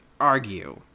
argue